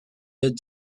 had